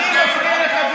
אני מפריע לך,